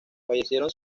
fallecieron